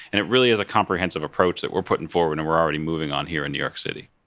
and it really is a comprehensive approach that we're putting forward and we're already moving on here in new york city.